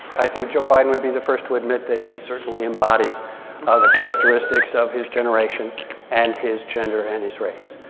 i think joe biden would be the first to admit that he certainly embodies ah the characteristics of his generation and his gender and his race.